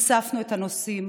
והצפנו את הנושאים.